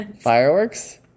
Fireworks